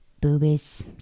boobies